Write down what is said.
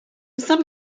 some